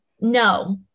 no